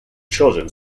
children